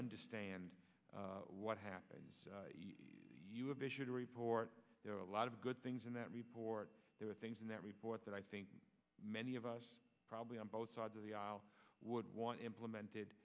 understand what happened to report there are a lot of good things in that report there are things in that report that i think many of us probably on both sides of the aisle would want implemented